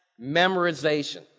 memorization